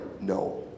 no